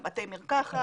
על בתי מרקחת.